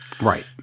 Right